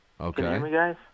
Okay